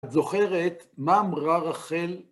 את זוכרת, מה אמרה רחל